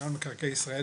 מנהל מקרקעי ישראל.